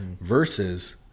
versus